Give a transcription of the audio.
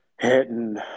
Hitting